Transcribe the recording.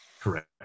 Correct